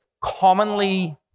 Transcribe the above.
commonly